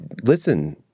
listen